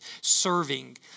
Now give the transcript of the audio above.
serving